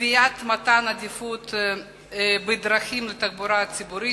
קביעת מתן עדיפות בדרכים לתחבורה הציבורית,